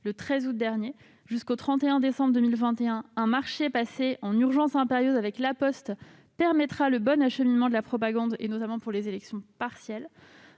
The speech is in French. le 13 août dernier. Jusqu'au 31 décembre 2021, un marché passé en urgence impérieuse avec La Poste permettra le bon acheminement de la propagande- je pense aux élections partielles.